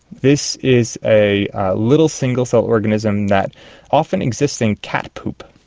this is a little single-celled organism that often exists in cat poop.